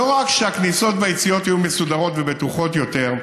ולא רק שהכניסות והיציאות יהיו מסודרות ובטוחות יותר,